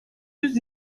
yüz